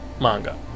manga